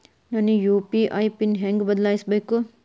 ನನ್ನ UPI PIN ಹೆಂಗ್ ಬದ್ಲಾಯಿಸ್ಬೇಕು?